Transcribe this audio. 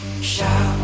Shout